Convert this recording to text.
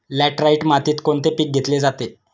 Laterite मातीत कोणते पीक घेतले जाते?